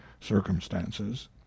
circumstances